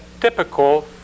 typical